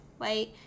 Wait